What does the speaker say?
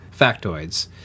factoids